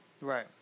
Right